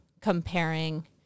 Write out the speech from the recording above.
comparing